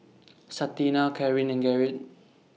Santina Carin and Gerrit